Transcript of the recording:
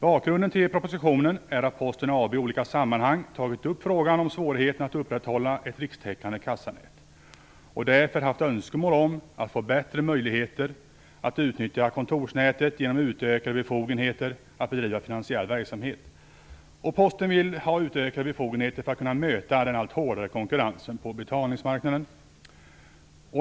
Bakgrunden till propositionen är att Posten AB i olika sammanhang tagit upp frågan om svårigheten att upprätthålla ett rikstäckande kassanät och därför haft önskemål om att få bättre möjligheter att utnyttja kontorsnätet genom utökade befogenheter att bedriva finansiell verksamhet. Posten vill ha utökade befogenheter för att kunna möta den allt hårdare konkurrensen på betalningsmarknaden.